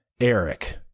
Eric